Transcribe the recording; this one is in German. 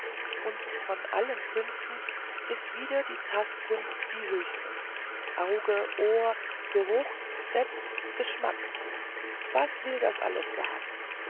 und von allen künsten ist wieder die tastkunst die höchste auge ohr geruch selbst geschmack was will das alles sagen